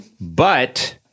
but-